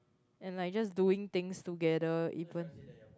and like just doing things together even